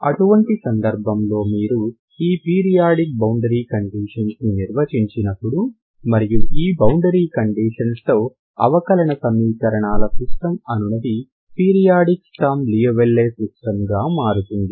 అటువంటి సందర్భంలో మీరు ఈ పీరియాడిక్ బౌండరీ కండీషన్స్ ను నిర్వచించినప్పుడు మరియు ఈ బౌండరీ కండీషన్స్ తో అవకలన సమీకరణాల సిస్టమ్ అనునది పీరియాడిక్ స్టర్మ్ లియోవిల్లే సిస్టమ్ గా మారుతుంది